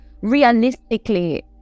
Realistically